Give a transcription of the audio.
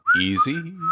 Easy